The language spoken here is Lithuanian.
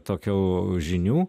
tokių žinių